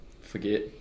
forget